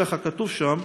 ככה כתוב שם,